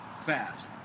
fast